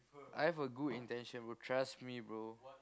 I have a good intention trust me bro